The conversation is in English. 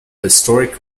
historic